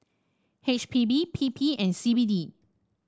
H P B P P and C B D